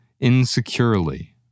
insecurely